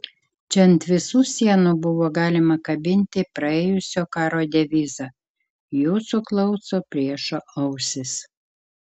čia ant visų sienų buvo galima kabinti praėjusio karo devizą jūsų klauso priešo ausys